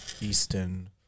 Eastern